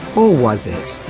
or was it?